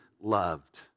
loved